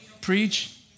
Preach